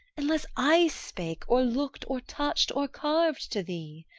unless i spake, or look'd, or touch'd, or carv'd to thee.